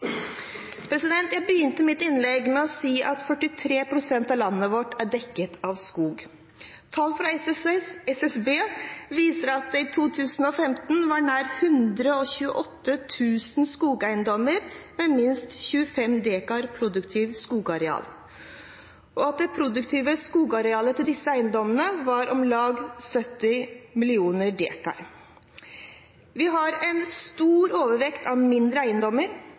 Jeg begynte mitt innlegg med å si at 43 pst. av landet vårt er dekket av skog. Tall fra SSB viser at det i 2015 var nær 128 000 skogeiendommer med minst 25 dekar produktivt skogareal, og at det produktive skogarealet til disse eiendommene var på om lag 70 millioner dekar. Vi har en stor overvekt av mindre eiendommer,